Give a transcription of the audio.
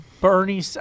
Bernie